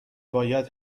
باید